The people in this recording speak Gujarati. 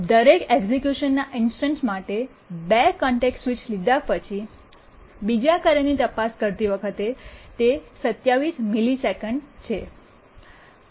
દરેક એક્ઝેક્યુશનના ઇન્સ્ટન્સ માટે 2 કોન્ટેક્સટ સ્વિચ લીધા પછી બીજા કાર્યની તપાસ કરતી વખતે તે 27 મિલિસેકન્ડ છે